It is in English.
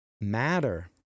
matter